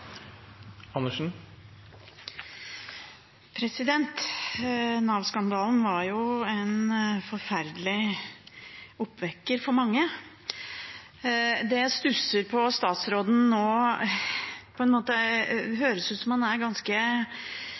var en forferdelig oppvekker for mange. Jeg stusser litt over at det på en måte høres ut på statsråden som om han er ganske